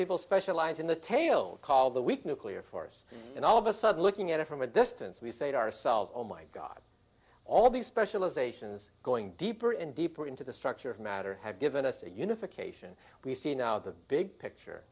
people specialize in the tail call the weak nuclear force and all of a sudden looking at it from a distance we say to ourselves oh my god all these specializations going deeper and deeper into the structure of matter have given us a unification we see now the big picture